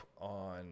on